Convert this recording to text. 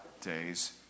days